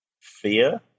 fear